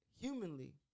humanly